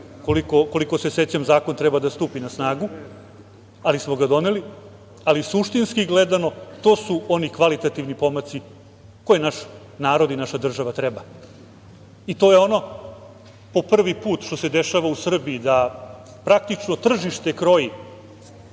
koliko se sećam, zakon treba da stupi na snagu, ali smo ga doneli, ali suštinski gledano, to su oni kvalitativni pomaci koje naš narod i naša država treba. To je ono što se dešava po prvi put u Srbiji, da praktično tržište kroji